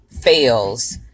fails